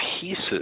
pieces